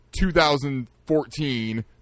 2014